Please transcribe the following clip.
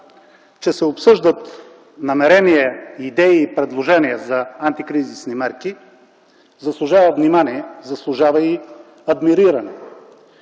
че се обсъждат намерения, идеи и предложения за антикризисни мерки заслужава внимание, заслужава и адмириране.